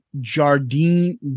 Jardine